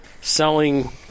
selling